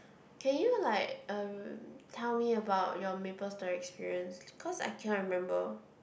can you like um tell me about your Maplestory experience cause I cannot remember